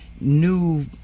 new